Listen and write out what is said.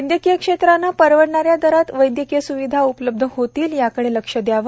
वैद्यकीय क्षेत्राने परवडणाऱ्या दरात वैद्यकीय स्विधा उपलब्ध होतील याकडे लक्ष द्यावे